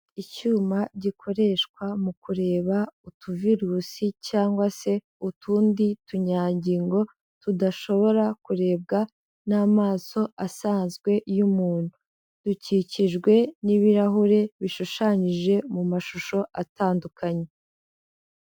Icyuma gikoreshwa mu kureba utu virusi cyangwa se utundi tunyangingo tudashobora kurebwa n'amaso asanzwe y'umuntu, dukikijwe n'ibirahure bishushanyije mu mashusho atandukanye.